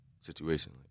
situation